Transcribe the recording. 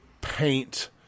paint